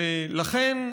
לכן,